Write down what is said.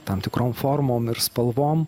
tam tikrom formom ir spalvom